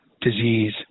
disease